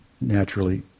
naturally